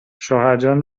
شوهرجان